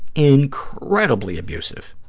incredibly abusive.